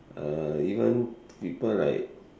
uh even people like